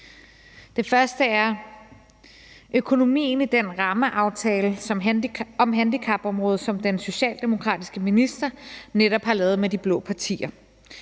Den første er økonomien i den rammeaftale om handicapområdet, som den socialdemokratiske minister netop har lavet med de blå partier.